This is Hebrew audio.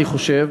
אני חושב,